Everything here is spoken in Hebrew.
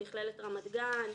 מכללת רמת גן.